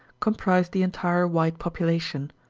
comprised the entire white population.